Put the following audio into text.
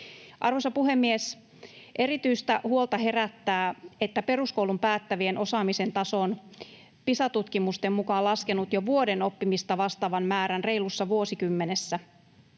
Arvoisa puhemies! Erityistä huolta herättää, että peruskoulun päättävien osaamisen taso on Pisa-tutkimusten mukaan laskenut jo vuoden oppimista vastaavan määrän reilussa vuosikymmenessä.